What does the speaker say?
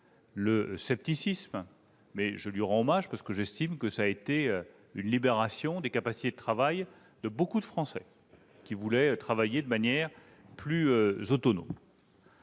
le scepticisme. Je lui rends hommage, parce que j'estime que cela a permis une libération des capacités de beaucoup de Français qui voulaient travailler de manière plus autonome.